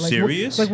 serious